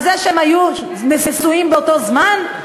על זה שהם היו נשואים באותו זמן?